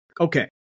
Okay